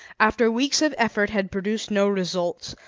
after weeks of effort had produced no results,